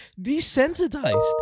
desensitized